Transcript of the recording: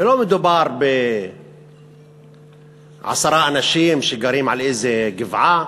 ולא מדובר בעשרה אנשים שגרים על איזו גבעה,